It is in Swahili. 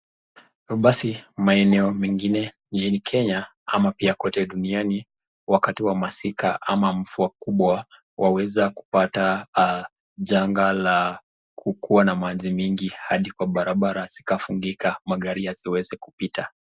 Basi maeneo mengine nchini Kenya ama pia kwote duniani, wakati wa masika ama mvua kubwa, waweza kupata janga la kukuwa na maji mingi hadi kwa barabara zikafungika magari yasiweze kupita.